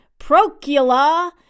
Procula